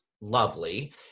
lovely